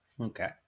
Okay